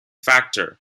factor